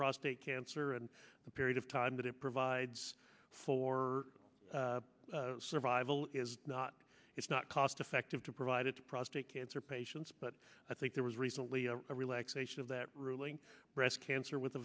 prostate cancer and the period of time that it provides for survival is not it's not cost effective to provide it to prostate cancer patients but i think there was recently a relaxation of that ruling breast cancer with a